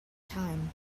time